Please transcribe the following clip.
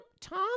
Tom